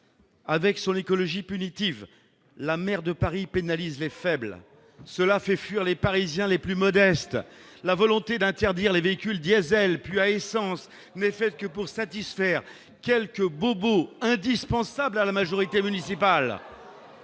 avec sur l'écologie punitive, la maire de Paris, pénalise les faibles, cela fait fuir les parisiens les plus modestes, la volonté d'interdire les véhicules diésel, puis à essence n'est fait que pour satisfaire quelques bobos indispensables à la majorité municipale.